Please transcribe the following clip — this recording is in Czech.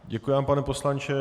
Děkuji vám, pane poslanče.